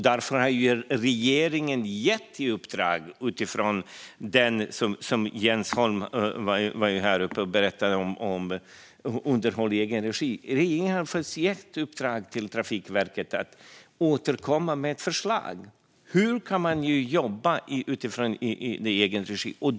Därför har regeringen gett ett uppdrag gällande det som Jens Holm berättade om, underhåll i egen regi. Regeringen har gett Trafikverket i uppdrag att återkomma med ett förslag om hur man kan jobba i egen regi.